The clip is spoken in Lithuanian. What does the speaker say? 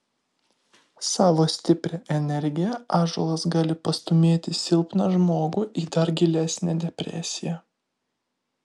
savo stipria energija ąžuolas gali pastūmėti silpną žmogų į dar gilesnę depresiją